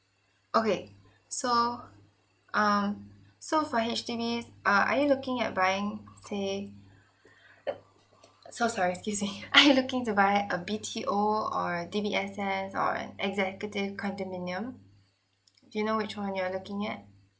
okay so um so for H_D_Bs uh are you looking at buying say so sorry excuse me are you looking to buy a B_T_O or D_B_S_S or an executive condominium do you know which one you are looking at